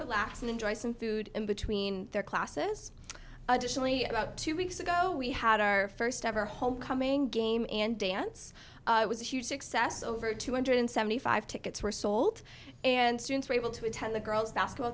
relax and enjoy some food in between their classes additionally about two weeks ago we had our first ever homecoming game and dance was a huge success over two hundred seventy five tickets were sold and students were able to attend the girls basketball